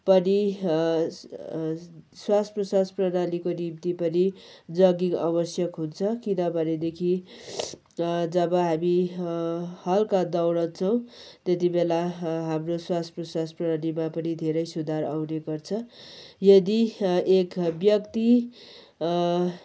पनि श्वास प्रश्वास प्रणालीको निम्ति पनि जगिङ आवश्यक हुन्छ किन भनेदेखि जब हामी हल्का दौडन्छौँ त्यति बेला हाम्रो श्वास प्रश्वास प्रणालीमा पनि धेरै सुधार आउने गर्छ यदि एक व्यक्ति